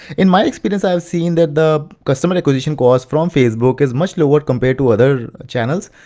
in my experience i've seen that the customer acquisition cost from facebook is much lower compared to other channels.